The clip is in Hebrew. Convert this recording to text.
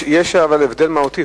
אבל יש הבדל מהותי,